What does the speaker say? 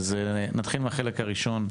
בחלק הראשון,